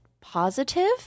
positive